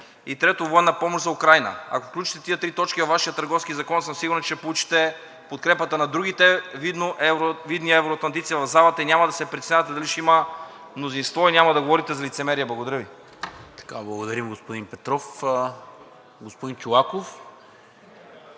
на F16. 3. Военна помощ за Украйна. Ако включите тези три точки във Вашия Търговски закон, съм сигурен, че ще получите подкрепата на другите видни евроатлантици в залата и няма да се притеснявате дали ще има мнозинство и няма да говорите за лицемерие. Благодаря Ви.